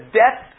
death